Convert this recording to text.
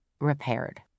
repaired